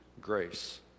grace